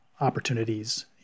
opportunities